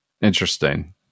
Interesting